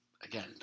again